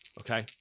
Okay